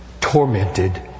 tormented